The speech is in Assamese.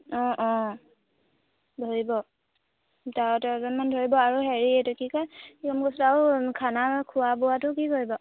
অঁ অঁ ধৰিব তেৰ তেৰজনমান ধৰিব আৰু হেৰি এইটো কি কয় কি ক'ম কৈছিলোঁ আৰু খানা খোৱা বোৱাটো কি কৰিব